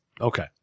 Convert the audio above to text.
Okay